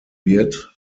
wird